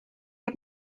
heb